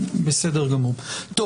אנחנו